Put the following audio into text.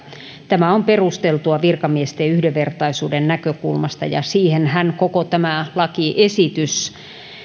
tämä on perusteltua virkamiesten yhdenvertaisuuden näkökulmasta ja siihenhän koko tämä lakiesitys